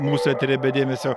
mūsų eteryje be dėmesio